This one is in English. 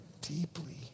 deeply